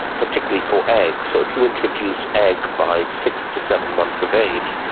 particularly for eggs. so if you introduce egg by six to seven months of age,